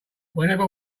whenever